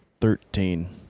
Thirteen